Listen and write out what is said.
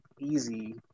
easy